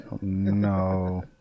No